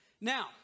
Now